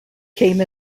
came